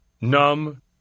numb